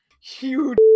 Huge